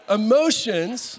emotions